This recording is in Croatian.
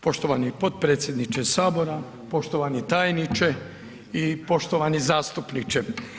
Poštovani potpredsjedniče Sabora, poštovani tajniče i poštovani zastupniče.